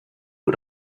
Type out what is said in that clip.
who